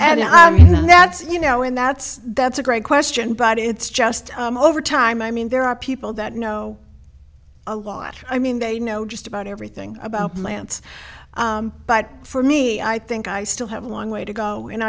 and i mean that's you know and that's that's a great question but it's just over time i mean there are people that know a lot i mean they know just about everything about plants but for me i think i still have a long way to go and